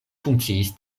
funkciis